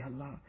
Allah